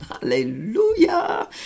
Hallelujah